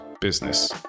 business